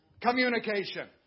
Communication